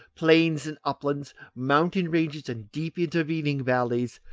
plains and uplands, mountain ranges and deep intervening valleys,